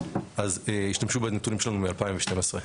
אז השתמשו בנתונים שלנו מ-2012.